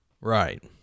Right